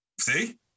See